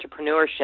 entrepreneurship